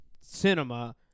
cinema